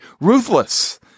Ruthless